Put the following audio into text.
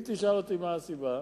אם תשאל אותי מה הסיבה,